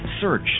search